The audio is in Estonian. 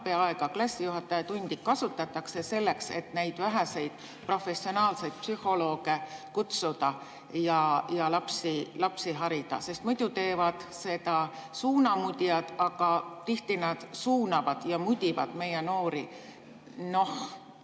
aega, klassijuhatajatundi, kasutatakse selleks, et neid väheseid professionaalseid psühholooge kutsuda ja lapsi harida? Sest muidu teevad seda suunamudijad, aga tihti nad suunavad ja mudivad meie noori, noh,